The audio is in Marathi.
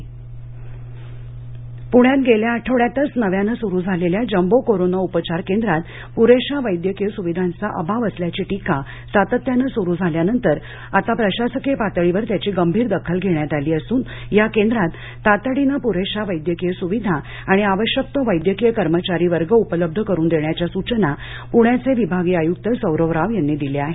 जम्बो रुग्णालय पुण्यात गेल्या आठवड्यातच नव्यानं सुरु झालेल्या जम्बो कोरोना उपचार केंद्रात प्रेशा वैद्यकीय सुविधांचा अभाव असल्याची टीका सातत्यानं सुरु झाल्यानंतर आता प्रशासकीय पातळीवर त्याची गंभीर दखल घेण्यात आली असून या केंद्रात तातडीनं प्रेशा वैद्यकीय स्विधा आणि आवश्यक तो वैद्यकीय कर्मचारी वर्ग उपलब्ध करून देण्याच्या सूचना प्ण्याचे विभागीय आय्क्त सौरभ राव यांनी दिल्या आहेत